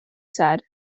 said